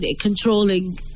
controlling